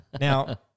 Now